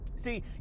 See